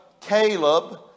Caleb